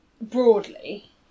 Broadly